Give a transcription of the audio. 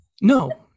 No